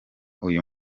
uyu